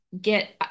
get